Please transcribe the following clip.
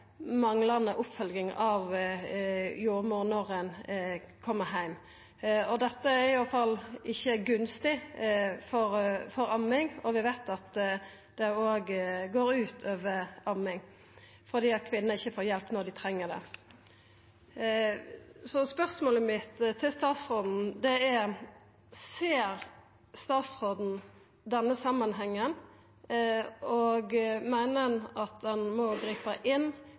manglande oppfølging frå jordmor når ein kjem heim. Dette er i alle fall ikkje gunstig for amming, og vi veit at det går ut over amming fordi kvinner ikkje får hjelp når dei treng det. Spørsmålet mitt til statsråden er: Ser statsråden denne samanhengen, og meiner han at ein må gripa inn